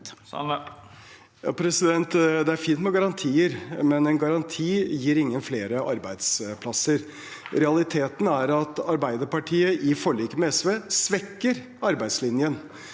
Det er fint med ga- rantier, men en garanti gir ingen flere arbeidsplasser. Realiteten er at Arbeiderpartiet i forliket med SV svekker arbeidslinjen.